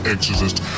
Exorcist